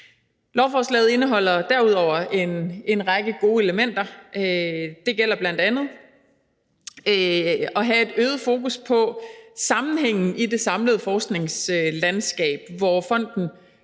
Lovforslaget indeholder derudover en række gode elementer. Det gælder bl.a. at have et øget fokus på sammenhængen i det samlede forskningslandskab, hvor fonden